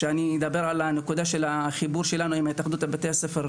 אני אדבר על החיבור שלנו עם התאחדות בתי הספר,